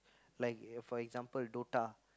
like for example Dota